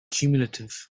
cumulative